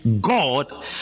God